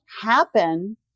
happen